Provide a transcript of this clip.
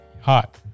Hot